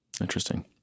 Interesting